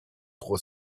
pro